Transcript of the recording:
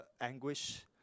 anguish